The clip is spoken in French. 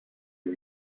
une